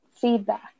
feedback